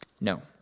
No